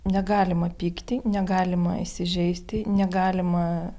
negalima pykti negalima įsižeisti negalima